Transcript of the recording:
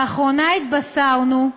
לאחרונה התבשרנו,